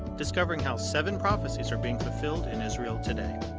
discovering how seven prophecies are being fulfilled in israel today.